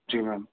جی میم